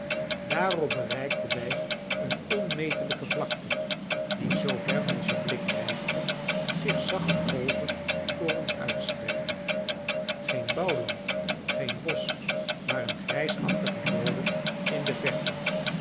daarop bereikten wij een onmetelijke vlakte die zoo ver onze blik reikte zich zacht golvend voor ons uitstrekte geen bouwland geen bosch maar een grijsachtige bodem in de verte